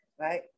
right